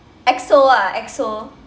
exo ah exo